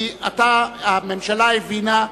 כי הממשלה הבינה,